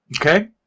Okay